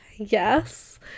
yes